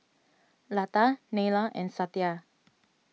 Lata Neila and Satya